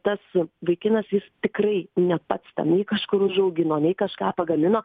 tas vaikinas jis tikrai ne pats tenai kažkur užaugino nei kažką pagamino